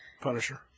Punisher